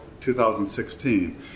2016